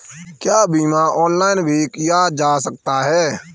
क्या बीमा ऑनलाइन भी किया जा सकता है?